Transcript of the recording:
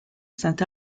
cet